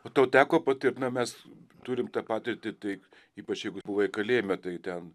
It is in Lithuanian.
o tau teko patirt na mes turim tą patirtį taip ypač jeigu buvai kalėjime tai ten